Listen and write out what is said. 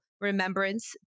remembrance